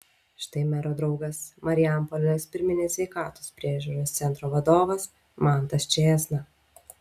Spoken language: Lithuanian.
štai mero draugas marijampolės pirminės sveikatos priežiūros centro vadovas mantas čėsna